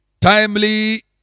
timely